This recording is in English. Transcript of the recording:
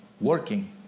working